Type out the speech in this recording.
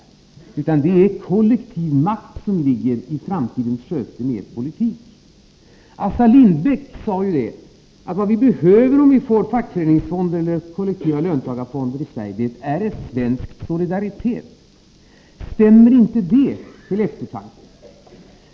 Er politik innebär kollektiv makt i framtiden. Assar Lindbeck sade att vad vi behöver om vi får kollektiva löntagarfonder i Sverige är en svensk motsvarighet till Solidaritet. Stämmer inte detta till eftertanke?